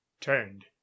turned